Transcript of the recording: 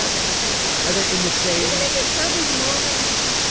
that's kind of cool. are they in the same me terribly vanilla that i'm picking?